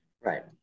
Right